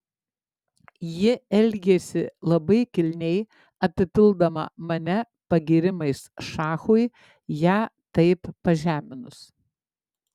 ji elgėsi labai kilniai apipildama mane pagyrimais šachui ją taip pažeminus